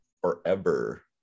forever